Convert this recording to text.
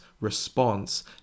response